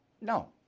no